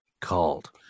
called